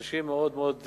אנשים מאוד מאוד חשובים,